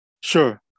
Sure